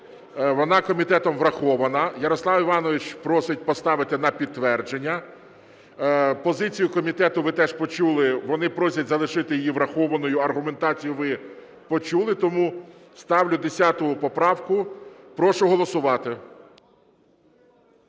вона комітетом врахована. Ярослав Іванович просить поставити на підтвердження. Позицію комітету ви теж почули: вони просять залишити її врахованою. Аргументацію ви почули. Тому ставлю 10 поправку. Прошу голосувати.